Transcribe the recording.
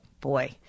Boy